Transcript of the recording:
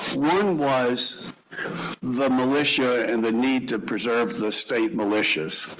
one was the militia and the need to preserve the state militias.